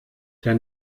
der